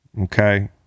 Okay